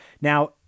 Now